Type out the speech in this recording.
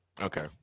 Okay